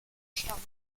stammen